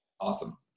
Awesome